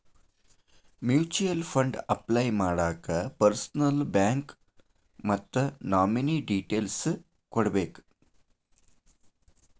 mutual fund apply ಮಾಡಾಕ ಪರ್ಸನಲ್ಲೂ bank ಮತ್ತ ನಾಮಿನೇ ಡೇಟೇಲ್ಸ್ ಕೋಡ್ಬೇಕ್